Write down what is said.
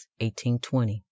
1820